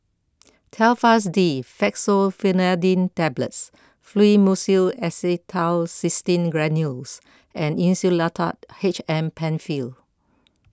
Telfast D Fexofenadine Tablets Fluimucil Acetylcysteine Granules and Insulatard H M Penfill